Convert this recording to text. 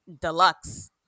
deluxe